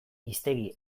hiztegi